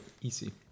easy